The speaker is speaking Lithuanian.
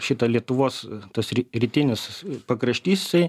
šita lietuvos tas rytinis pakraštys jisai